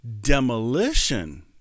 Demolition